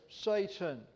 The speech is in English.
Satan